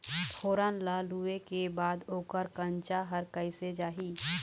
फोरन ला लुए के बाद ओकर कंनचा हर कैसे जाही?